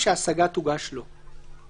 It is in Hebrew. שההשגה תוגש לו".